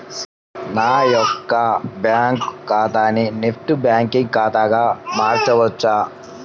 నా యొక్క బ్యాంకు ఖాతాని నెట్ బ్యాంకింగ్ ఖాతాగా మార్చవచ్చా?